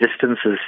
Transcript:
distances